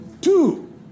Two